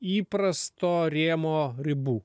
įprasto rėmo ribų